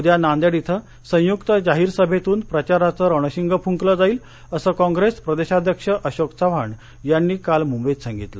उद्या नांदेड इथे संयुक्त जाहीर सभेतून प्रचाराच रणशिंग फुंकलं जाईल असं कॉप्रेस प्रदेशाध्यक्ष अशोक चव्हाण यांनी काल मुंबईत सांगितलं